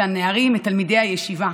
את תלמידי הישיבה,